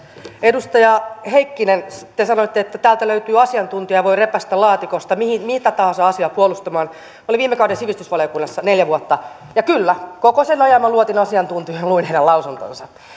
edustaja heikkinen te sanoitte että täältä löytyy asiantuntija voi repäistä laatikosta mitä tahansa asiaa puolustamaan olin viime kauden sivistysvaliokunnassa neljä vuotta ja kyllä koko sen ajan minä luotin asiantuntijoihin ja luin heidän lausuntonsa